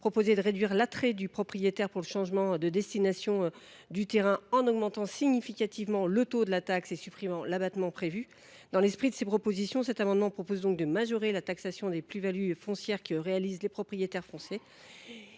a suggéré de réduire l’attrait du propriétaire pour le changement de destination du terrain en augmentant significativement le taux de la taxe et en supprimant l’abattement prévu. Dans le même esprit, cet amendement vise à majorer la taxation des plus values foncières que réalisent les propriétaires fonciers.